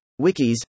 wikis